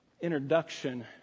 introduction